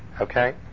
Okay